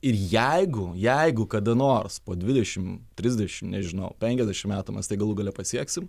ir jeigu jeigu kada nors po dvidešimt trisdešimt nežinau penkiasdešimt metų mes tai galų gale pasieksim